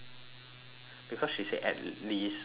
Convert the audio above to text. because she said at least thirty minutes